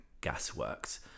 Gasworks